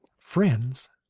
friends,